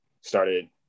started